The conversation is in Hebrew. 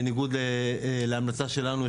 בניגוד להמלצה שלנו,